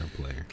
player